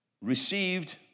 received